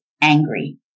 angry